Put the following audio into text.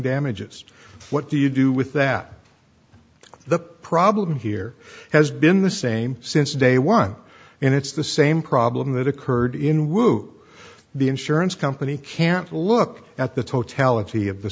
damages what do you do with that the problem here has been the same since day one and it's the same problem that occurred in woop the insurance company can't look at the totality of the